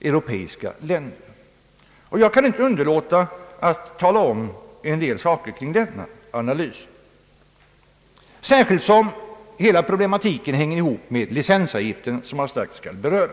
europeiska länder. Jag kan inte underlåta att delge kammaren några synpunkter som är föranledda av denna analys, särskilt som hela problematiken hänger ihop med licensavgiften, som jag strax skall beröra.